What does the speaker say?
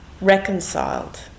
reconciled